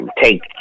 take